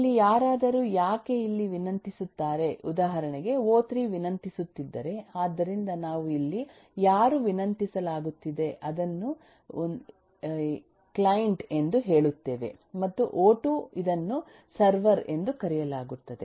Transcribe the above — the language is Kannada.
ಇಲ್ಲಿ ಯಾರಾದರೂ ಯಾಕೆ ಇಲ್ಲಿ ವಿನಂತಿಸುತ್ತಾರೆ ಉದಾಹರಣೆಗೆ ಒ3 ವಿನಂತಿಸುತ್ತಿದ್ದರೆ ಆದ್ದರಿಂದ ನಾವು ಇಲ್ಲಿ ಯಾರು ವಿನಂತಿಸಲಾಗುತ್ತಿದೆ ಅದನ್ನು ಕ್ಲೈಂಟ್ ಎಂದು ಹೇಳುತ್ತೇವೆ ಮತ್ತು ಒ2 ಇದನ್ನು ಸರ್ವರ್ ಎಂದು ಕರೆಯಲಾಗುತ್ತದೆ